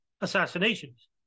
assassinations